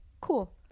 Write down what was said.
Cool